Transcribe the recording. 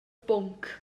bwnc